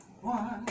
one